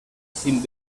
sin